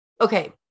okay